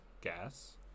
Gas